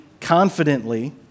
confidently